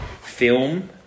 film